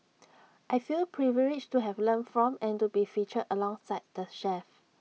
I feel privileged to have learnt from and to be featured alongside the chefs